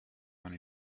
one